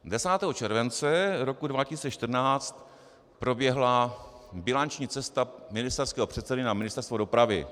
10. července 2014 proběhla bilanční cesta ministerského předsedy na Ministerstvo dopravy.